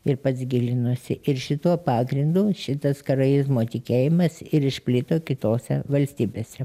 ir pats gilinuosi ir šituo pagrindu šitas karaizmo tikėjimas ir išplito kitose valstybėse